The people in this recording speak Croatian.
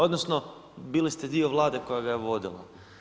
Odnosno bili ste dio Vlade koja ga je vodila.